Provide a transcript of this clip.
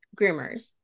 groomers